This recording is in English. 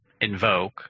invoke